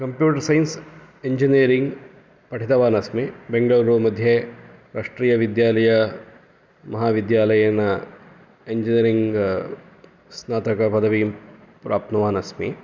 computer science engineering पठितवान् अस्मि बेङ्गलुरुमध्ये राष्ट्रीयविद्यालय महाविद्यालयेन एञ्जिनियरिङ्ग् स्नातकपदवीं प्राप्तवान् अस्मि